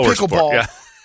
pickleball